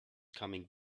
coming